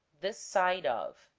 this side of